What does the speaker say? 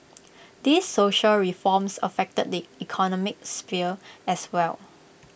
these social reforms affect the economic sphere as well